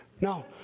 no